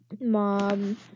mom